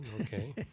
Okay